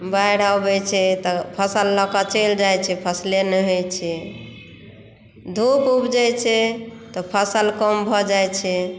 बाढि आबै छै तऽ फसल लऽ कऽ चलि जाइत छै फसले नहि होइ छै धुप उपजै छै तऽ फसल कम भऽ जाइत छै